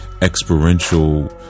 experiential